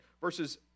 Verses